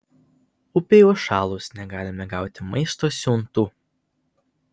upei užšalus negalime gauti maisto siuntų